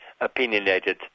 opinionated